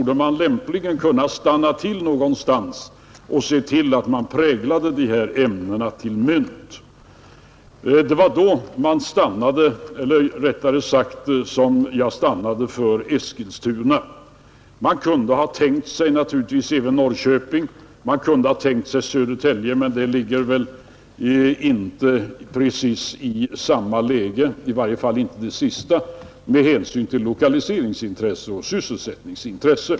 De färdiga mynten skall ju sedan samlas ihop i riksbanken för vidare distribution ut till landets olika sparoch affärsbanker. Det var då jag stannade för Eskilstuna. Man kunde naturligtvis även ha tänkt sig Norrköping. Man kunde också ha tänkt sig Södertälje. För i varje fall den sistnämnda staden är dock situationen inte densamma — med hänsyn till lokalisering och sysselsättning.